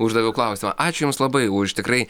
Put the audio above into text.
uždaviau klausimą ačiū jums labai už tikrai